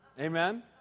Amen